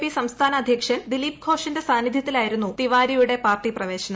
P സംസ്ഥാന അധ്യക്ഷൻ ദിലിപ് ഘോഷിന്റെ സാനിധൃത്തിലായിരുന്നു തിവാരിയുടെ പാർട്ടി പ്രവേശനം